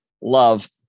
love